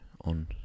on